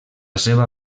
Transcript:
seva